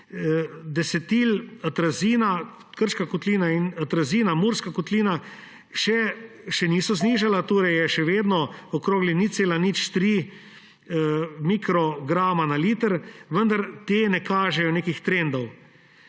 desitil-atrazina, Krška kotlina, in atrazina, Murska kotlina, še niso znižale, torej je še vedno okoli 0,03 mikrograma na liter, vendar te ne kažejo nekih trendov.